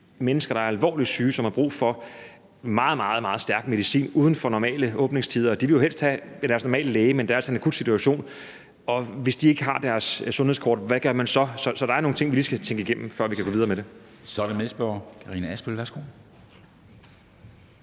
mennesker, der er alvorligt syge, og som har brug for meget, meget stærk medicin uden for normale åbningstider. De vil jo helst have deres normale læge, men det er altså en akut situation. Og hvis de ikke har deres sundhedskort, hvad gør man så? Så der er nogle ting, vi lige skal tænke igennem, før vi kan gå videre med det. Kl. 13:23 Formanden (Henrik